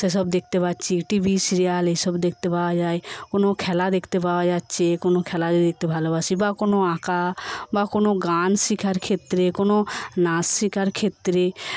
সেসব দেখতে পারছি টিভি সিরিয়াল এসব দেখতে পাওয়া যায় কোনো খেলা দেখতে পাওয়া যাচ্ছে কোনো খেলা যদি দেখতে ভালোবাসি বা কোনো আঁকা বা কোনো গান শেখার ক্ষেত্রে বা কোনো নাচ শেখার ক্ষেত্রে